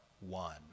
one